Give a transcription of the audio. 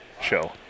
show